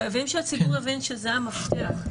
חייבים שהציבור יבין שזה המפתח.